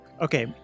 Okay